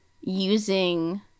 using